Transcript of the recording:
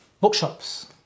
bookshops